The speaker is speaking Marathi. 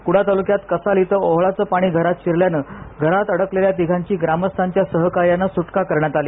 कुडाळ तालुक्यात कसाल इथं ओहळाचं पाणी घरात शिरल्यानं घरात अडकलेल्या तिघांची ग्रामस्थांच्या सहकार्यान सुटका करण्यात आली